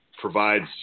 provides